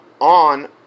on